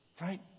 Right